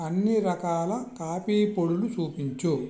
అన్ని రకాల కాఫీ పొడులు చూపించు